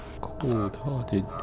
cold-hearted